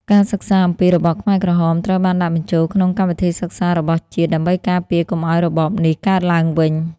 ការសិក្សាអំពីរបបខ្មែរក្រហមត្រូវបានដាក់បញ្ចូលក្នុងកម្មវិធីសិក្សារបស់ជាតិដើម្បីការពារកុំឱ្យរបបនេះកើតឡើងវិញ។